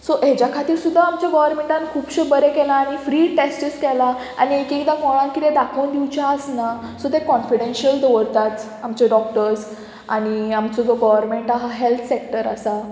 so हाज्या खातीर सुद्दां आमच्या गोवोरमेंटान खुबशें बरें केलां आनी फ्री टॅस्टीस केलां आनी एक एकदां कोणाक कितें दाखोवन दिवचें आसना सो तें कॉनफिडेशियल दवरताच आमचे डॉक्टर्स आनी आमचो जो गोवोरमेंट आहा हेल्थ सेक्टर आसा